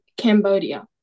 Cambodia